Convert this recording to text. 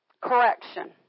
correction